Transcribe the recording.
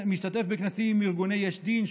משתתף בכנסים עם ארגוני יש דין,